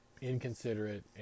inconsiderate